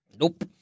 Nope